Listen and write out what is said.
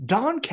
Don